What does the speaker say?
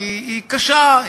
כי היא קשה,